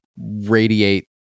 radiate